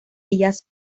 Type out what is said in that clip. ellas